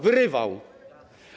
Wyrywał.